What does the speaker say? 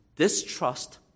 distrust